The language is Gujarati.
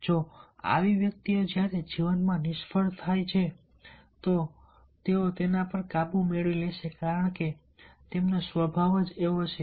જો આવી વ્યક્તિઓ જ્યારે જીવનમાં નિષ્ફળ જાય છે તો તેઓ તેના પર કાબુ મેળવી લેશે કારણ કે તેમનો સ્વભાવ એવો છે